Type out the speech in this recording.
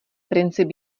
princip